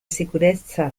sicurezza